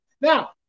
Now